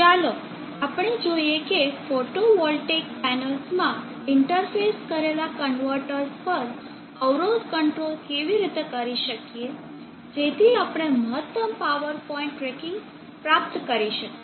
ચાલો આપણે જોઈએ કે ફોટોવોલ્ટેઇક પેનલ્સ માં ઇન્ટરફેસ કરેલા કન્વર્ટર્સ પર અવરોધ કંટ્રોલ કેવી રીતે કરી શકીએ જેથી આપણે મહત્તમ પાવર પૉઇન્ટ ટ્રૅકિંગ પ્રાપ્ત કરી શકીએ